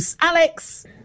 Alex